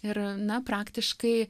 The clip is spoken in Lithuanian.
ir na praktiškai